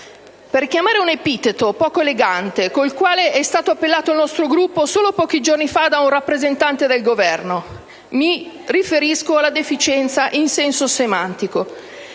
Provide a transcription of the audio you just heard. per richiamare un epiteto poco elegante rivolto al nostro Gruppo solo pochi giorni fa da un rappresentante del Governo. Mi riferisco alla deficienza in senso semantico.